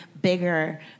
bigger